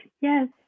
Yes